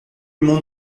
monde